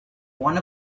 one